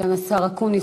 סגן השר אקוניס,